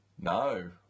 No